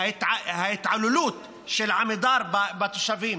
ההתעללות של עמידר בתושבים,